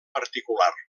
particular